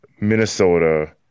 Minnesota